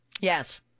Yes